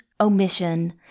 omission